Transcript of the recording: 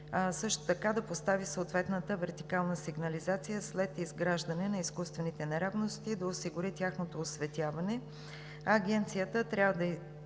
също така да постави съответната вертикална сигнализация след изграждане на изкуствените неравности и да осигури тяхното осветяване. А Агенцията трябва да